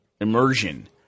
immersion